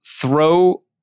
throw